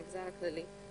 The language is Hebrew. זה למגזר הכללי.